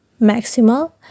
maximal